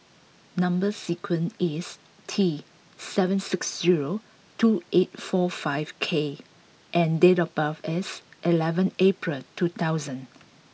number sequence is T seven six zero two eight four five K and date of birth is eleven April two thousand